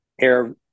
air